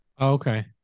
Okay